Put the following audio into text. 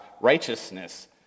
righteousness